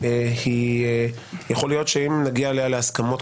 היא שיכול להיות שאם נגיע להסכמות,